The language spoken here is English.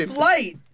flight